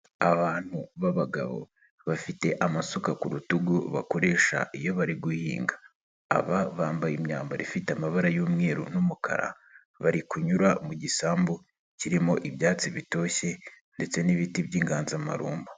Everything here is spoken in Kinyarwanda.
Abantu b'abagabo bafite amasuka ku rutugu bakoresha iyo bari guhinga, aba bambaye imyambaro ifite amabara y'umweru n'umukara bari kunyura mu gisambu kirimo ibyatsi bitoshye ndetse n'ibiti by'inganzamarumbo.